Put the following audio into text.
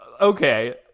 Okay